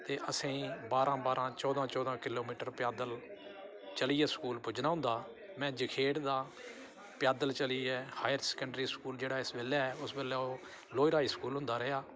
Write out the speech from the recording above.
ते असेंगी बारां बारां चौदां चौदां किलो मीटर पैदल चलियै स्कूल पुज्जना होंदा हा में जखेड़ दा पैदल चलियै हायर सकैंडरी स्कूल जेह्ड़ा इस बेल्लै उस बेल्लै ओह् लोयर हाई स्कूल होंदा रेहा